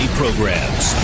programs